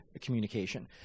communication